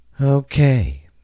Okay